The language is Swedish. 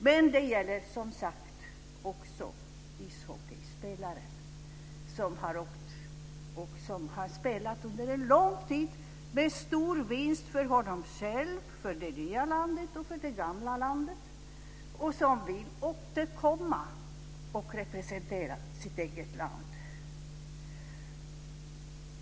Men det gäller som sagt också ishockeyspelaren, som har spelat under en lång tid med stor vinst för honom själv, för det nya landet och för det gamla landet, som vill återkomma och representera sitt eget land.